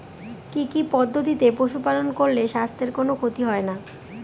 কি কি পদ্ধতিতে পশু পালন করলে স্বাস্থ্যের কোন ক্ষতি হয় না?